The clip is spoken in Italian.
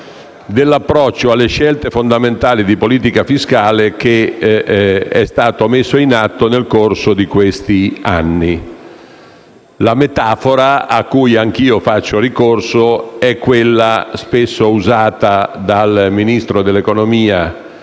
dell'approccio alle scelte fondamentali di politica fiscale messo in atto nel corso di questi anni. La metafora, cui anche io faccio ricorso, è quella spesso usata dal Ministro dell'economia